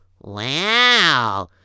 Wow